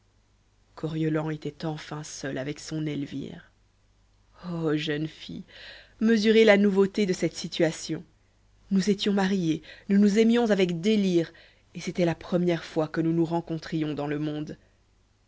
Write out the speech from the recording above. coriolan était enfin seul avec son elvire ô jeunes filles mesurez la nouveauté de cette situation nous étions mariés nous nous aimions avec délire et c'était la première fois que nous nous rencontrions dans le monde